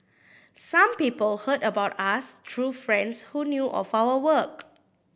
some people heard about us through friends who knew of our work